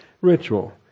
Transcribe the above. ritual